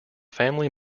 family